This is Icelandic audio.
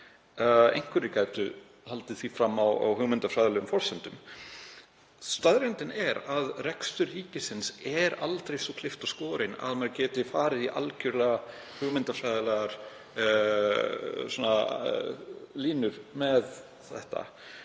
Einhverjir gætu haldið því fram á hugmyndafræðilegum forsendum. Staðreyndin er að rekstur ríkisins er aldrei svo klipptur og skorinn að maður geti farið í algjörlega hugmyndafræðilegar línur með hann.